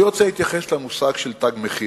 אני רוצה להתייחס למושג של "תג מחיר"